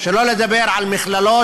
שלא לדבר על מכללות,